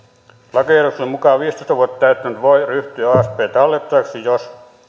lakiehdotuksen mukaan viisitoista vuotta täyttänyt voi ryhtyä asp tallettajaksi jos